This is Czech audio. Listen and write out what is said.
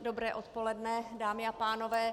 Dobré odpoledne, dámy a pánové.